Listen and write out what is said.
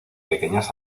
pequeñas